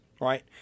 right